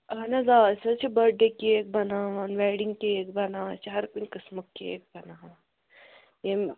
اَہَن حظ آ أسۍ حظ چھِ بٔرتھ ڈے کیک بَناوان ویڈِنٛگ کیک بَناوان أسۍ چھِ ہر کُنہِ قٕسمُک کیک بَناوان ییٚمہِ